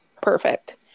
perfect